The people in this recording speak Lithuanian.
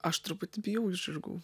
aš truputį bijau žirgų